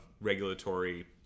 regulatory